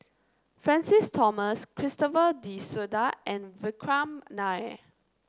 Francis Thomas Christopher De Souza and Vikram Nair